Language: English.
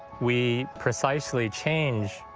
we precisely change,